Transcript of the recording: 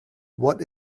what